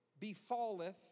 befalleth